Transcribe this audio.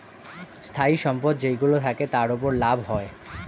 স্থায়ী সম্পদ যেইগুলো থাকে, তার উপর লাভ হয়